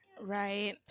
Right